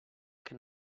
que